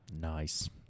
Nice